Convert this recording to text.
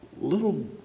little